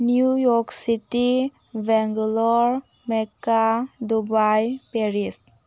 new York City Bangalore Mecca Dubai Paris